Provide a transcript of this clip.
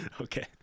Okay